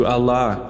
Allah